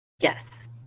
Yes